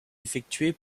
effectuée